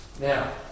Now